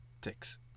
ticks